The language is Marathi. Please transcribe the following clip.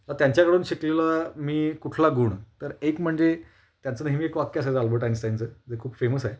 त्यांच्याकडून शिकलेला मी कुठला गुण तर एक म्हणजे त्यांचं नेहमी एक वाक्य असायचं अल्बर्ट आइन्स्टाइन यांचं खूप फेमस आहे